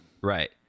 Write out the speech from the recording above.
Right